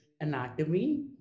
anatomy